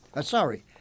Sorry